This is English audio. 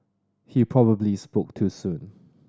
he probably spoke too soon